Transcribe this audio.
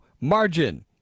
margin